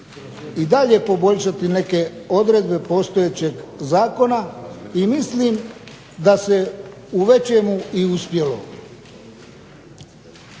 i dalje poboljšati neke odredbe postojećeg Zakona i mislim da se u većem i uspjelo.